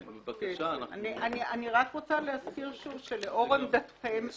אני מזכירה שוב שלאור עמדתכם,